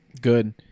Good